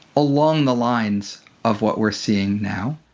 along the lines of what we're seeing now.